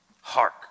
Hark